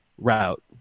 route